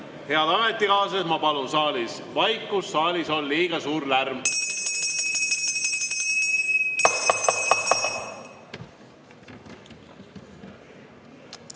Head ametikaaslased, ma palun saalis vaikust, saalis on liiga suur lärm!